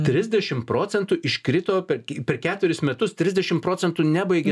trisdešim procentų iškrito per per keturis metus trisdešim procentų nebaigė